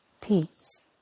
peace